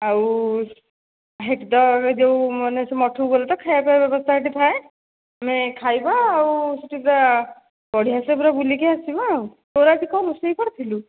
ଆଉ ଯେଉଁ ମାନେ ସେ ମଠକୁ ଗଲେ ତ ଖାଇବା ବ୍ୟବସ୍ଥା ସେଇଠି ଥାଏ ଆମେ ଖାଇବ ଆଉ ସେଇଠି ପୁରା ବଢ଼ିଆସେ ପୁରା ବୁଲିକି ଆସିବା ଆଉ ତୋର ଆଜି କ'ଣ ରୋଷେଇ କରିଥିଲୁ